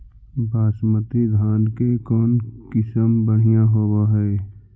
बासमती धान के कौन किसम बँढ़िया होब है?